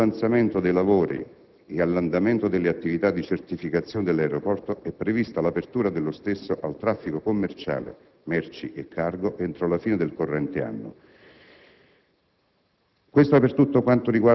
In relazione allo stato di avanzamento dei lavori e all'andamento delle attività di certificazione dell'aeroporto, è prevista l'apertura dello stesso al traffico commerciale, merci e cargo, entro la fine del corrente anno.